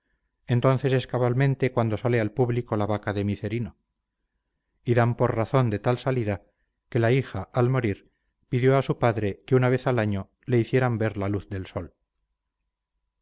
entonces es cabalmente cuando sale al público la vaca de micerino y dan por razón de tal salida que la hija al morir pidió a su padre que una vez al año le hiciera ver la luz del sol